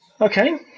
okay